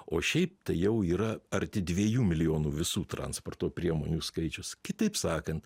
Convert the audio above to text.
o šiaip tai jau yra arti dviejų milijonų visų transporto priemonių skaičius kitaip sakant